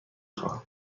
خواهم